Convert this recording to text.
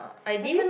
have you